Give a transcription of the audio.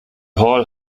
hall